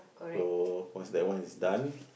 so once thats one is done